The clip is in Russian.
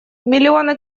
миллионы